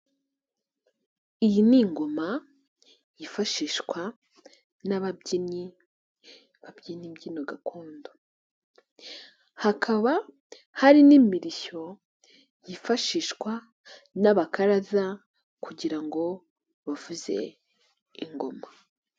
Iyi ni ingoma yifashishwa n'ababyinnyi babyina imbyino gakondo, hakaba hari n'imirishyo yifashishwa n'abakaraza kugira ngo bavuze ingoma.